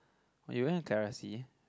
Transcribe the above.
oh you went with